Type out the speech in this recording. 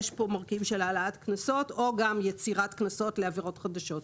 יש כאן מרכיב של העלאת קנסות או גם יצירת קנסות לעבירות חדשות.